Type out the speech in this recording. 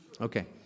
Okay